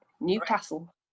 Newcastle